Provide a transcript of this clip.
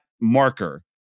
marker